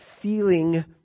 feeling